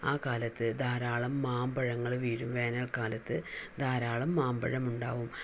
ആ കാലത്ത് ധാരാളം മാമ്പഴങ്ങൾ വീഴും വേനൽ കാലത്ത് ധാരാളം മാമ്പഴം ഉണ്ടാകും